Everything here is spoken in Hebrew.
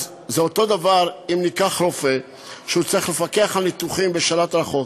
זה אותו דבר אם ניקח רופא שצריך לפקח על ניתוחים בשלט רחוק,